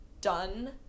done